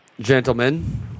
gentlemen